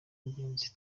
y’ingenzi